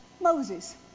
Moses